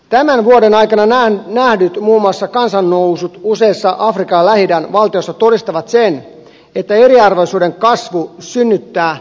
tämän vuoden aikana nähdyt kansannousut muun muassa useissa afrikan ja lähi idän valtioissa todistavat sen että eriarvoisuuden kasvu synnyttää tyytymättömyyttä